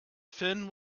fin